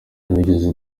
ntiwigeze